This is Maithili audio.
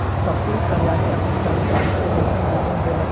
प्रत्येक कार्यालय अपन कर्मचारी के वेतन विवरण देलक